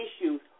issues